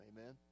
Amen